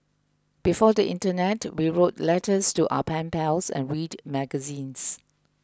before the internet we wrote letters to our pen pals and read magazines